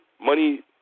money